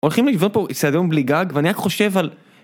הולכים לבנות פה אצטדיוו בלי גג, ואני רק חושב על...